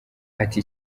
ati